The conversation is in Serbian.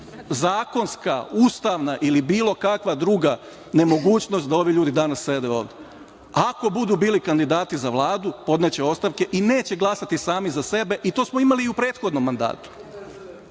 zakonska, ustavna ili bilo kakva druga nemogućnost da ovi ljudi danas sede ovde. Ako budu bili kandidati za Vladu podneće8/2 JJ/IRostavke i neće glasati sami za sebe i to smo imali i u prethodnom mandatu.